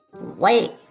Wait